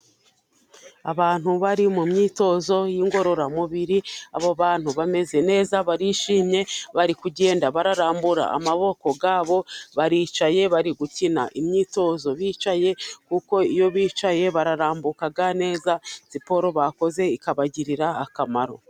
Abantu bari mu myitozo y'ingorororamubiri, abo bantu bameze neza barishimye, bari kugenda bararambura amaboko yabo, baricaye bari gukina imyitozo bicaye, kuko iyo bicaye bararambuka neza, siporo bakoze ikabagirira akamaro.